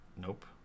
nope